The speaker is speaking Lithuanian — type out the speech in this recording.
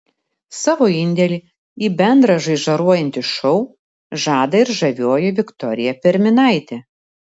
savo indėlį į bendrą žaižaruojantį šou žada ir žavioji viktorija perminaitė